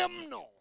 hymnal